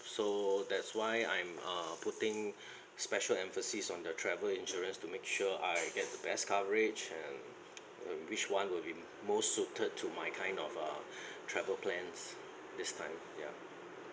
so that's why I'm uh putting special emphasis on the travel insurance to make sure I get the best coverage and and which one would be most suited to my kind of uh travel plans this time ya